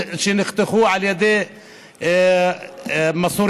שנחתכו על ידי מסורים,